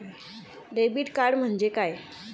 Debit card म्हणजे काय?